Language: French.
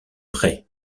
prêts